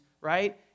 right